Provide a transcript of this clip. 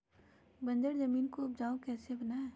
बंजर जमीन को उपजाऊ कैसे बनाय?